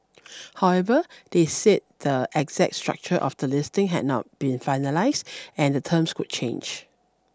however they said the exact structure of the listing had not been finalised and the terms could change